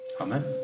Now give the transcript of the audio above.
Amen